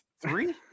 Three